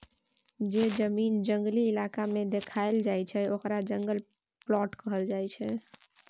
जे जमीन जंगली इलाका में देखाएल जाइ छइ ओकरा जंगल प्लॉट कहल जाइ छइ